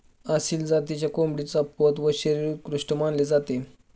आसिल जातीच्या कोंबडीचा पोत व शरीर उत्कृष्ट मानले जाते